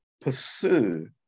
pursue